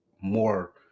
more